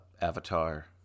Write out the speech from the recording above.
Avatar